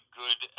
good